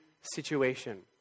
situation